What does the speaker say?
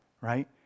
right